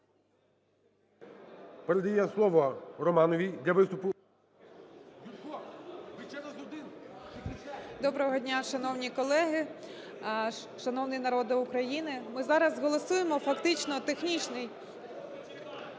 Доброго дня, шановні колеги, шановний народе України, ми зараз голосуємо фактично технічний…